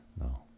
no